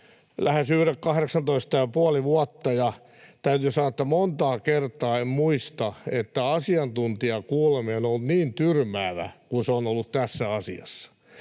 lähes 18 ja puoli vuotta, ja täytyy sanoa, että montaa kertaa en muista, että asiantuntijakuuleminen on ollut niin tyrmäävä kuin se on ollut tässä asiassa.